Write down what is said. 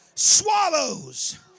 swallows